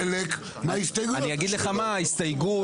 ההסתייגות,